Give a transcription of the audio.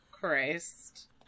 Christ